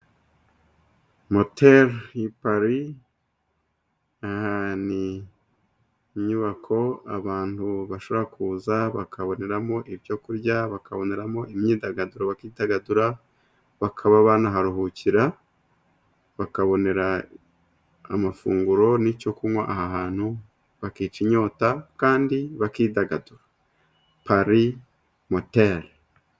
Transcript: Moteli Pari ni inyubako abantu bashobora kuza bakaboneramo ibyo kurya, bakaboneramo imyidagaduro bakidagadura, bakaba banaharuhukira bakabonera amafunguro n'icyo kunywa aha hantu bakica inyota, kandi bakidagadura. Pari moteli.